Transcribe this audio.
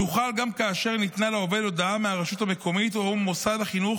תוחל גם כאשר ניתנה לעובד הודעה מהרשות המקומית או מוסד החינוך